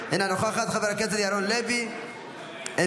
חברת הכנסת אפרת רייטן מרום, אינה